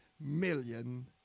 million